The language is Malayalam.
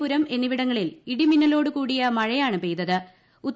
പുരം എന്നിവിടങ്ങളിൽ ഇടിമിന്നലോടുകൂടിയ മഴയാണ് പ്പെയ്ത്ത്